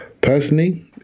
personally